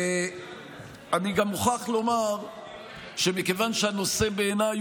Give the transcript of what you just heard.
אני גם מוכרח לומר שמכיוון שהנושא בעיניי